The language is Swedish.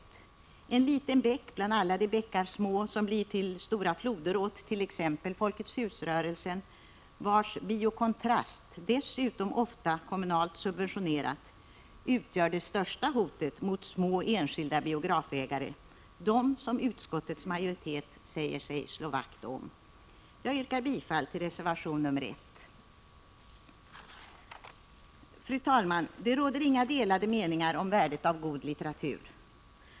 Det är en liten bäck bland alla de bäckar små som blir till stora floder åt t.ex. Folkets hus-rörelsen, vars Biokontrast dessutom — ofta kommunalt subventionerat — utgör det största hotet mot små enskilda biografägare, dem som utskottets majoritet säger sig slå vakt om. Jag yrkar bifall till reservation nr 1. Fru talman! Det råder inga delade meningar om värdet av god litteratur.